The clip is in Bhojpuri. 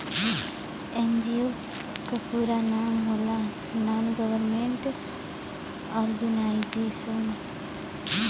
एन.जी.ओ क पूरा नाम होला नान गवर्नमेंट और्गेनाइजेशन